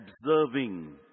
observing